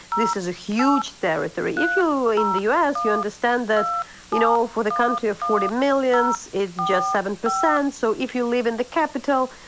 this is a huge territory if you are in the u. s, you understand that you know for the country of forty million, it's it's just seven percent. so if you live in the capital,